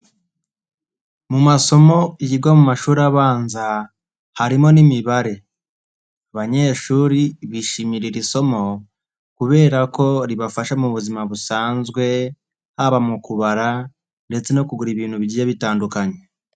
Mu masomo yigwa mu mashuri abanza, harimo n'imibare. Abanyeshuri bishimira iri somo kubera ko ribafasha mu buzima busanzwe, haba mu kubara ndetse no kugura ibintu bigiye bitandukanye.